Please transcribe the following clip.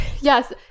Yes